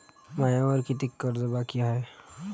मायावर कितीक कर्ज बाकी हाय?